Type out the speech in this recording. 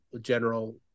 general